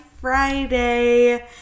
Friday